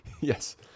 Yes